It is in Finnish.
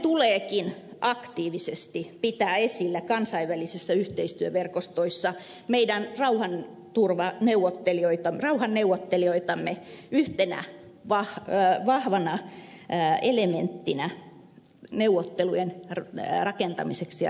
suomen tuleekin aktiivisesti pitää esillä kansainvälisissä yhteistyöverkostoissa meidän rauhanneuvottelijoitamme yhtenä vahvana elementtinä neuvottelujen rakentamisessa ja ratkaisemisessa